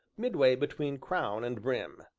midway between crown and brim.